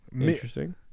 Interesting